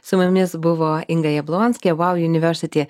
su mumis buvo inga jablonskė wow university